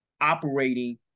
operating